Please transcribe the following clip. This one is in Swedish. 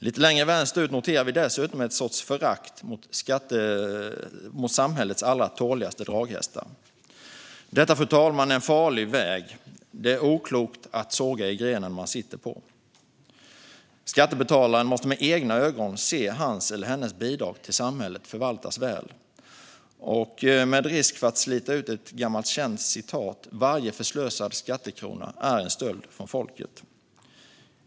Lite längre vänsterut noterar vi dessutom en sorts förakt mot samhällets allra tåligaste draghästar. Detta, fru talman, är en farlig väg. Det är oklokt att såga i grenen som man sitter på. Skattebetalaren måste med egna ögon se att hans eller hennes bidrag till samhället förvaltas väl. Med risk för att slita ut ett gammalt känt citat: Varje förslösad skattekrona är en stöld från folket.